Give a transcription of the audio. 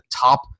top